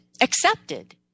accepted